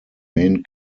main